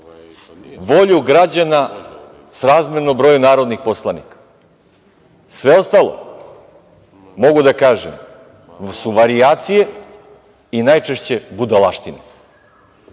volju građana srazmerno broju narodnih poslanika. Sve ostalo, mogu da kažem, su varijacije i najčešće budalaštine,